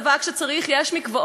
אפשר למצוא חלופות,